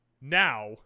now